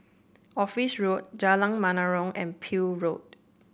Office Road Jalan Menarong and Peel Road